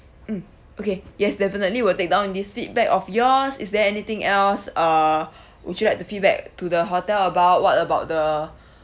mm okay yes definitely will take down this feedback of yours is there anything else uh would you like to feedback to the hotel about what about the